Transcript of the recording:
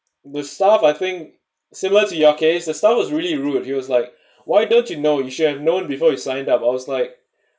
the staff I think similar to your case the staff was really rude he was like why don't you know you should have known before you signed up I was like